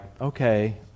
okay